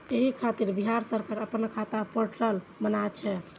एहि खातिर बिहार सरकार अपना खाता पोर्टल बनेने छै